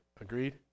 Agreed